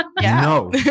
No